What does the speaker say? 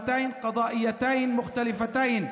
והעמקת הכיבוש והנצחת האפרטהייד.